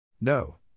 No